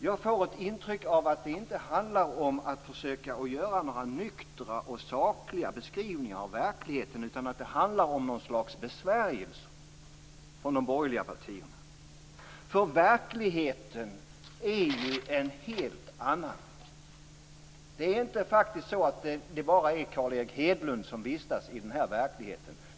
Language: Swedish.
Jag får ett intryck av att det inte handlar om att försöka göra några nyktra och sakliga beskrivningar utan att det handlar om något slags besvärjelser från de borgerliga partierna. Verkligheten är ju en helt annan. Det är faktiskt inte bara Carl Erik Hedlund som vistas i verkligheten.